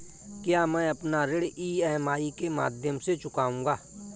क्या मैं अपना ऋण ई.एम.आई के माध्यम से चुकाऊंगा?